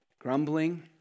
grumbling